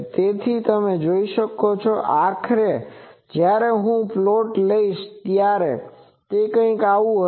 તેથી તમે જોશો કે આખરે જ્યારે હું આ પ્લોટ લઈશ ત્યારે તે કંઈક આવું હશે